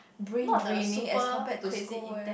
brain draining as compared to school eh